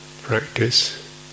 practice